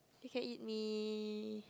you can eat me